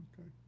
Okay